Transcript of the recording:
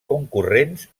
concurrents